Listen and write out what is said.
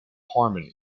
harman